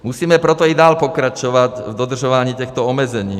Musíme proto i dál pokračovat v dodržování těchto omezení.